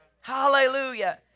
Hallelujah